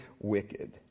wicked